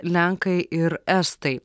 lenkai ir estai